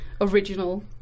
original